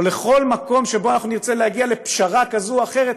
או לכל מקום שבו נרצה להגיע לפשרה כזאת או אחרת.